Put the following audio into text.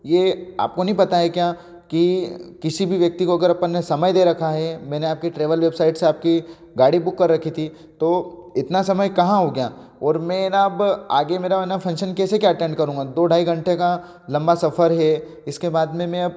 ये आपको नहीं पता है क्या कि किसी भी व्यक्ति को अगर अपन ने समय दे रखा है मैंने आपकी ट्रैवल वेबसाइट से आपकी गाड़ी बुक कर रखी थी तो इतना समय कहाँ हो गया और मैं ना अब आगे मेरा वाला फंक्शन कैसा क्या अटेंड करूँगा दो ढ़ाई घंटे का लंबा सफर है इसके बाद में मैं अब